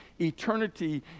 eternity